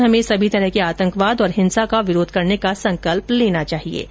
इस दिन हमे सभी तरह के आतंकवाद और हिंसा का विरोध करने का संकल्प लेना चाहिए